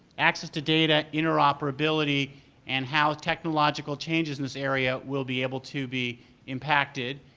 access to data, interoperability and how technological changes in this area will be able to be impacted.